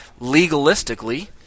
legalistically